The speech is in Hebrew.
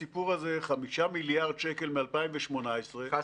איפה בסיפור הזה 5 מיליארד שקל מ-2018 לעשר שנים?